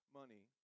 money